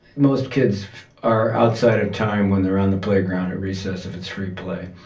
most kids are outside of time when they're on the playground at recess if it's free play